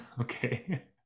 okay